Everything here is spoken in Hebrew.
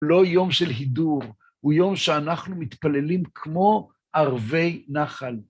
לא יום של הידור, הוא יום שאנחנו מתפללים כמו ערבי נחל.